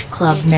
Club